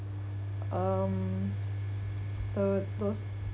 um so those